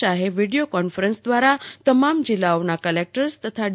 શાહે video conference દ્વારા તમામ જિલ્લાઓના કલેક્ટર્સ તથા ડી